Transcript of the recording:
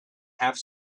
have